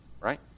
right